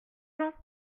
gens